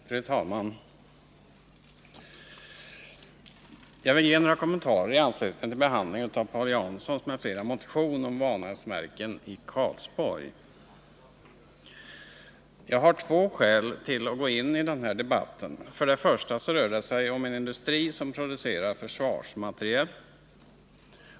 Fru talman! Jag vill göra några kommentarer i anslutning till behandlingen av Paul Janssons m.fl. motion om Vanäsverken i Karlsborg. Jag har två skäl till att gå in i den här debatten. Det första skälet är att det rör sig om en industri som producerar försvarsmateriel.